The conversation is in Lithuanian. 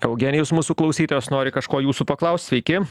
eugenijus mūsų klausytojas nori kažko jūsų paklaust sveiki